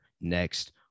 next